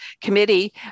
committee